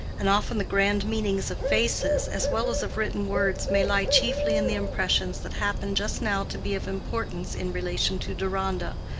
and often the grand meanings of faces as well as of written words may lie chiefly in the impressions that happen just now to be of importance in relation to deronda,